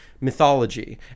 mythology